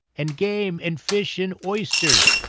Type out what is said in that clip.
and game, and fish, and oysters.